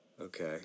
Okay